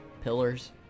Pillars